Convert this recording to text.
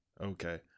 Okay